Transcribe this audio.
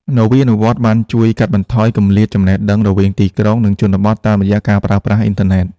នវានុវត្តន៍បានជួយកាត់បន្ថយគម្លាតចំណេះដឹងរវាងទីក្រុង និងជនបទតាមរយៈការប្រើប្រាស់អ៊ីនធឺណិត។